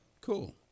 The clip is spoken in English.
Cool